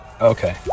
Okay